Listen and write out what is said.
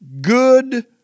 Good